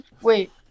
Wait